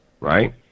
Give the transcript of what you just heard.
right